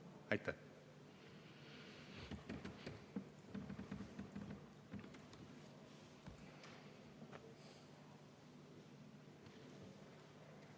Aitäh!